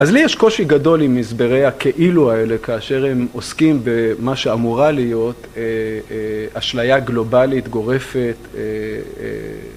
אז לי יש קושי גדול עם מסברי הכאילו האלה, כאשר הם עוסקים במה שאמורה להיות אשליה גלובלית גורפת